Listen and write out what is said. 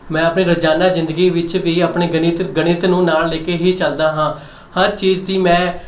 ਮੈਂ ਆਪਣੀ ਰੋਜ਼ਾਨਾ ਜ਼ਿੰਦਗੀ ਵਿੱਚ ਵੀ ਆਪਣੇ ਗਣਿਤ ਗਣਿਤ ਨੂੰ ਨਾਲ ਲੈ ਕੇ ਹੀ ਚੱਲਦਾ ਹਾਂ ਹਰ ਚੀਜ਼ ਦੀ ਮੈਂ